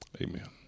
amen